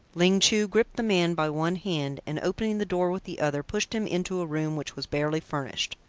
ling chu gripped the man by one hand and opening the door with the other, pushed him into a room which was barely furnished.